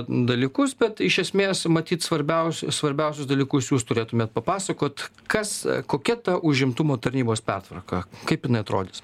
dalykus bet iš esmės matyt svarbiaus svarbiausius dalykus jūs turėtumėt papasakot kas kokia ta užimtumo tarnybos pertvarka kaip jinai atrodys